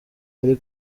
ari